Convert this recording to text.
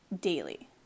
daily